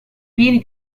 pieni